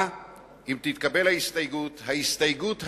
אם תתקבל ההסתייגות, ההסתייגות הזאת,